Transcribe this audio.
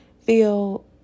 feel